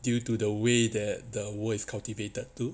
due to the way that the world is cultivated to